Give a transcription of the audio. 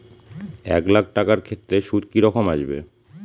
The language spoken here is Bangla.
এক লাখ টাকার ক্ষেত্রে সুদ কি রকম আসবে?